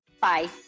bye